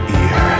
ear